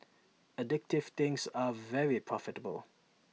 addictive things are very profitable